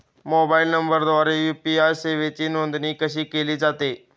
Mobile नंबरद्वारे UPI सेवेची नोंदणी कशी केली जाते?